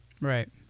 Right